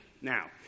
Now